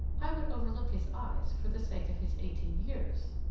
i would overlook his eyes for the sake of his eighteen years.